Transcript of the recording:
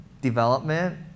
development